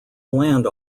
land